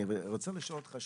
אני רוצה לשאול אותך שאלה.